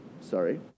Sorry